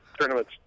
tournaments